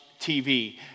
TV